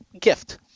gift